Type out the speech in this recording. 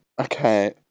Okay